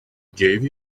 gave